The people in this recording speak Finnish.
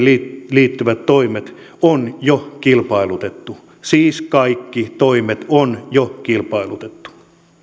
liittyvät toimet on jo kilpailutettu siis kaikki toimet on jo kilpailutettu